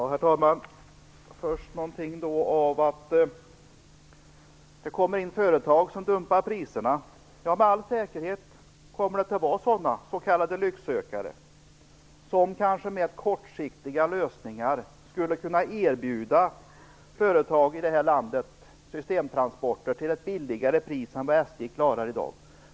Herr talman! Först vill jag beröra att det kan komma in företag som dumpar priserna. Ja, med all säkerhet kommer det att finnas sådana s.k. lycksökare som kanske med kortsiktiga lösningar skulle kunna erbjuda företag i det här landet systemtransporter till ett lägre pris än vad SJ klarar i dag.